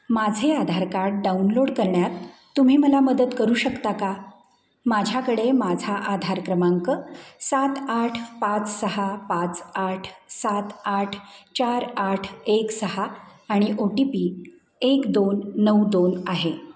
माझे Aadhaar card download करण्यात तुम्ही मला मदत करू शकता का माझ्याकडे माझा आधार क्रमांक सात आठ पाच सहा पाच आठ सात आठ चार आठ एक सहा आणि ओ टी पी एक दोन नऊ दोन आहे